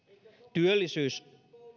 työllisyys